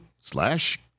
slash